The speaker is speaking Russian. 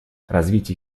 развитие